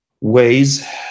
ways